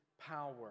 power